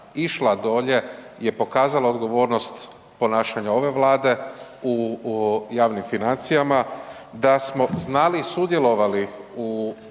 išla dolje je pokazalo odgovornost ponašanja ove Vlade u javnim financijama, da smo znali i sudjelovali u